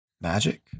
magic